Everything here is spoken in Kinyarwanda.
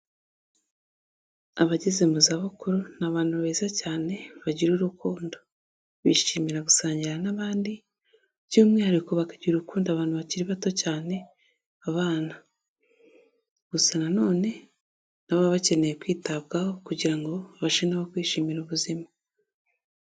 Abageze mu zabukuru ni abantu beza cyane, bagira urukundo, bishimira gusangira n'abandi by'umwihariko bakagira urukundo abantu bakiri bato cyane, abana, gusa na none n'abo babakeneye kwitabwaho, kugira ngo barusheho kwishimira ubuzima.